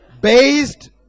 based